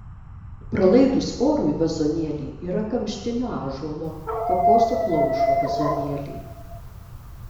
pralaidūs orui vazonėliai yra kamštinio ąžuolo kokoso plaušo vazonėliai